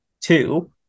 two